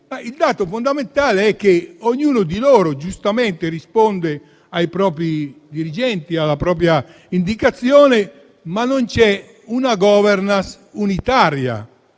il dato fondamentale è che ognuno di loro, giustamente, risponde ai propri dirigenti e alle proprie indicazioni, ma non c'è una *governance* unitaria: